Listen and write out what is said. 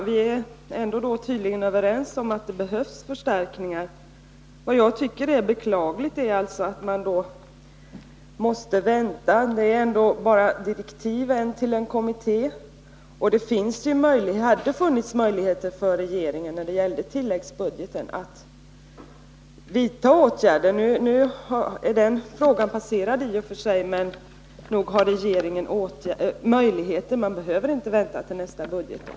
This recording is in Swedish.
Herr talman! Vi är tydligen överens om att det behövs förstärkningar. Jag tycker emellertid att det är beklagligt att man måste vänta. Än så länge rör det sig om direktiv till en kommitté. Regeringen hade ändå haft möjligheter attitilläggsbudgeten vidta åtgärder. Nu är den saken inte längre aktuell, men nog har regeringen möjligheter. Man behöver inte vänta till nästa budgetår.